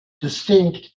distinct